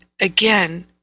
again